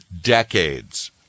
decades